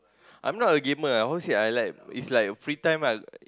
I'm not a gamer ah how to say I like it's like free time I